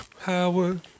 Howard